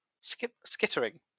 skittering